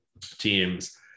teams